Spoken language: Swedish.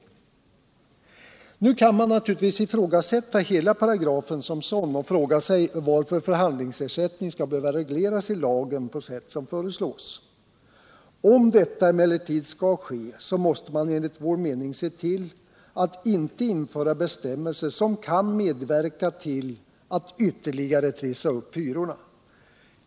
Måndagen den Nu kan man naturligtvis ifrågasätta hela paragrafen som sådan och fråga sig 29 maj 1978 varför förhandlingsersättning skall behöva regleras i lagen på sätt som föreslås. Om detta emellertid skall ske måste man enligt vår mening se till att inte införa bestämmelser som kan medverka till att vtterligare trissa upp hyrorna.